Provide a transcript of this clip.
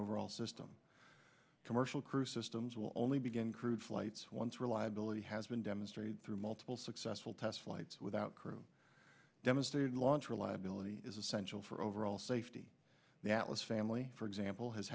overall system commercial crew systems will only begin crude flights once reliability has been demonstrated through multiple successful test flight without crew demonstrated launch reliability is essential for overall safety the atlas family for example has